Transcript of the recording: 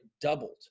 doubled